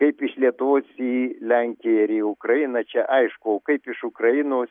kaip iš lietuvos į lenkiją ir į ukrainą čia aišku o kaip iš ukrainos